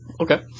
Okay